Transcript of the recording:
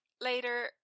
later